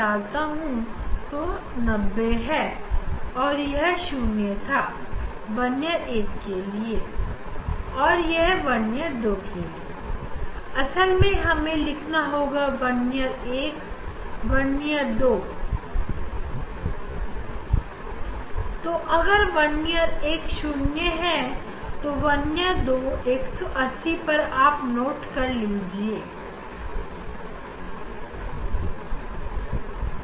जब main scale शून्य पर हो तो अगर मैं इसे इस तरह रखता हूं कि पहले वर्नियर के लिए यह शून्य है तो दूसरी बर्नियर के लिए इसे 180 होना ही पड़ेगा